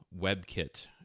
WebKit